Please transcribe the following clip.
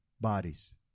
bodies